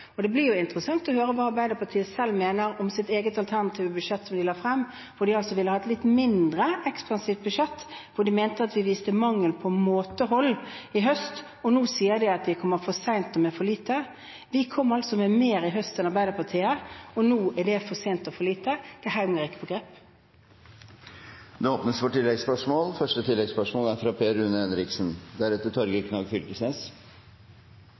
og det blir interessant å høre hva Arbeiderpartiet selv mener om sitt eget alternative budsjett som de la frem – de ville ha et litt mindre ekspansivt budsjett, for de mente at vi viste mangel på måtehold i høst, og nå sier de at vi kommer for sent med for lite. Vi kom altså med mer i høst enn Arbeiderpartiet, og nå er det for sent og for lite. Det henger ikke på greip. Det åpnes for oppfølgingsspørsmål – først Per Rune Henriksen.